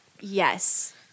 Yes